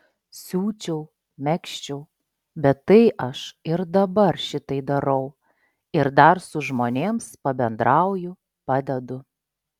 siūčiau megzčiau bet tai aš ir dabar šitai darau ir dar su žmonėms pabendrauju padedu